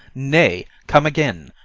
nay, come again,